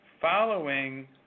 following